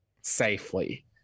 safely